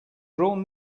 drawn